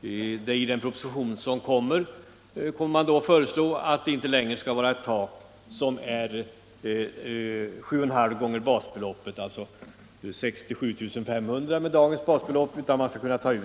I den proposition som skall framläggas kommer att föreslås ett avskaffande av taket för socialförsäkringsavgiften vid 7 1/2 gånger basbeloppet, alltså med dagens basbelopp 67 500 kr., så att socialförsäkringsavgifter kommer att tas ut